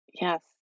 Yes